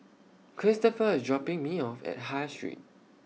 Cristofer IS dropping Me off At High Street